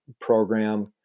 program